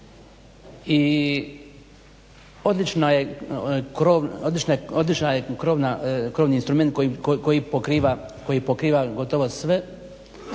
odlično je krovni instrument koji pokriva gotovo sve